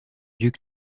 ducs